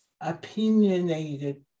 opinionated